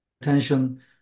attention